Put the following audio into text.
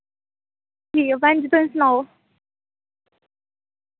ठीक ऐ भैन जी तुस सनाओ